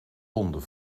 londen